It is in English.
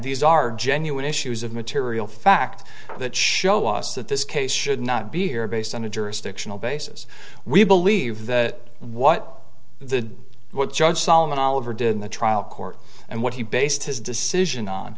these are genuine issues of material fact that show us that this case should not be here based on a jurisdictional basis we believe that what the what judge solomon oliver did in the trial court and what he based his decision on